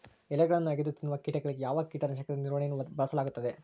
ಎಲೆಗಳನ್ನು ಅಗಿದು ತಿನ್ನುವ ಕೇಟಗಳಿಗೆ ಯಾವ ಕೇಟನಾಶಕದ ನಿರ್ವಹಣೆಯನ್ನು ಬಳಸಲಾಗುತ್ತದೆ?